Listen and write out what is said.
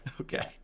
Okay